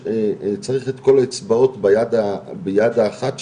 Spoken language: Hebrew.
צריך את כל האצבעות ביד האחת שלי,